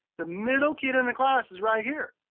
the middle kid in the class is right here.